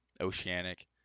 oceanic